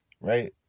right